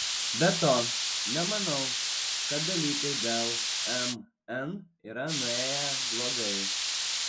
be to nemanau kad dalykai dėl mn yra nuėję blogai